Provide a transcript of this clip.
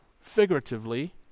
figuratively